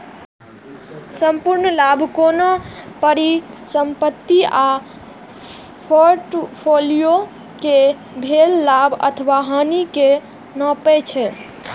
संपूर्ण लाभ कोनो परिसंपत्ति आ फोर्टफोलियो कें भेल लाभ अथवा हानि कें नापै छै